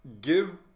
give